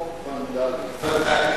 זה לא חוק וד"לים, זה חוק ונדלים.